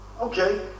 Okay